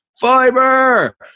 Fiber